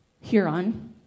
Huron